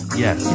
yes